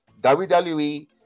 WWE